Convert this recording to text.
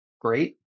great